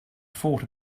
thought